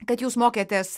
kad jūs mokėtės